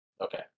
Okay